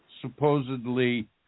supposedly